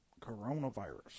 Coronavirus